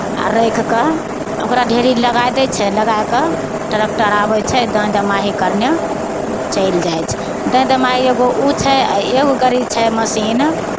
आ राखि कऽ ओकरा ढेरी लगाए दै छै लगाए कऽ ट्रैक्टर आबै छै दाँइ दमाही करने चलि जाइ छै दाँइ दमाही एगो छै आ एगो करै छै मशीन